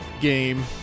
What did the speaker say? game